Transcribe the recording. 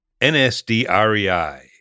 NSDREI